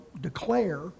declare